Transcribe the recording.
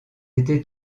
été